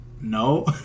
No